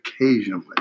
Occasionally